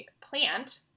plant